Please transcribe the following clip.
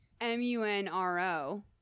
m-u-n-r-o